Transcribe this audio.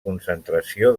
concentració